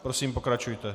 Prosím, pokračujte.